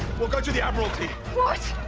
we'll go to the admiralty. what?